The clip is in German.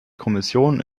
kommission